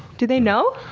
do they know?